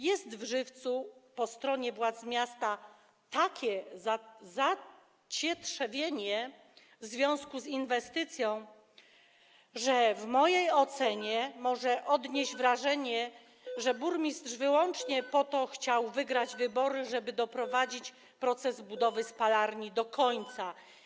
Jest w Żywcu po stronie władz miasta takie zacietrzewienie w związku z inwestycją, że w mojej ocenie można odnieść wrażenie, że burmistrz wyłącznie po to chciał wygrać wybory, żeby doprowadzić proces budowy spalarni do końca.